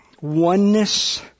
oneness